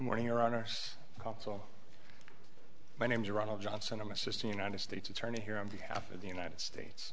morning your honour's so my name's ronald johnson i'm assisting united states attorney here on behalf of the united states